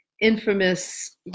infamous